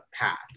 path